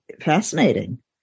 fascinating